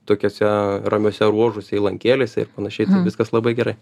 tokiuose ramiuose ruožuose įlankėlėse ir panašiai tai viskas labai gerai